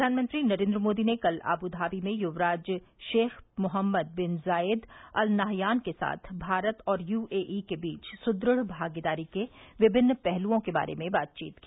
प्रधानमंत्री नरेंद्र मोदी ने कल अबूधाबी में युक्राज Sheikh Mohammed bin Zayed Al Nahyan के साथ भारत और यूएई के बीच सुदृ ढ़ भागीदारी के विमिन्न पहलुओं के बारे में बातचीत की